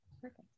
Perfect